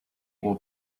will